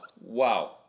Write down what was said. Wow